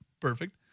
perfect